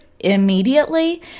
immediately